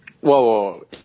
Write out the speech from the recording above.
Whoa